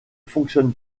fonctionne